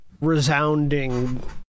resounding